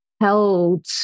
held